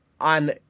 on